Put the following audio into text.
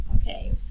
Okay